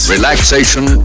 Relaxation